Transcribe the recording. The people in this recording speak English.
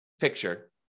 picture